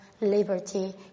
liberty